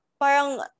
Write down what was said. parang